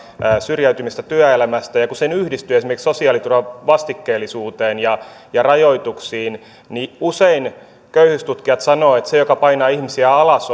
syrjäytymistä työelämästä ja kun se yhdistyy esimerkiksi sosiaaliturvan vastikkeellisuuteen ja rajoituksiin niin usein köyhyystutkijat sanovat että se joka painaa ihmisiä alas